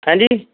ਹੈਂਜੀ